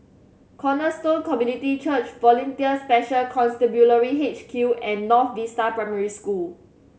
Cornerstone Community Church Volunteer Special Constabulary H Q and North Vista Primary School